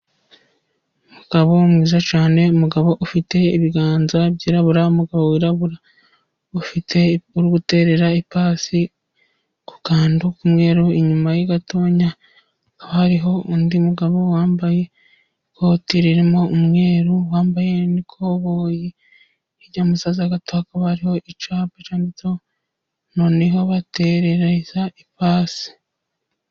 Umugabo mwiza cyane, umugabo ufite ibiganza byirabura, umugabo wirabura, uri guterera ipasi ku k'antu k'umweru inyuma ye gatonya hariho undi mugabo wambaye ikote ririmo umweru wambaye ikoboyi hirya y'umusaza gato hakaba hariho icyapa cyanditseho noneho baterereza ipasi.